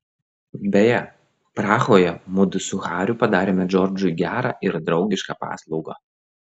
beje prahoje mudu su hariu padarėme džordžui gerą ir draugišką paslaugą